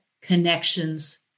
connections